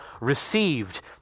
received